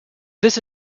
this